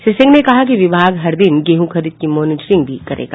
श्री सिंह ने कहा कि विभाग हर दिन गेहूं खरीद की मॉनिटरिंग भी करेगा